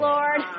Lord